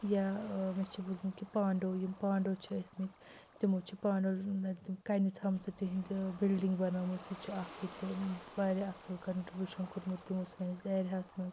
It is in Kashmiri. یا ٲں مےٚ چھُ بوٗزمُت کہِ پانٛڈو یِم پانٛڈو چھِ ٲسۍ مٕتۍ تِمو چھِ پانٛڈٕووٗ تِم کَنہِ تھمژٕ تِہنٛدِ بِلڈِنٛگ بَنٲومٕژ سُہ تہِ چھُ اَکھ ییٚتہِ واریاہ اصٕل کَنٹِرٛبیوٗشَن کوٚرمُت تِمو سٲنِس ایریا ہَس منٛز